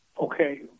Okay